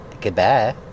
Goodbye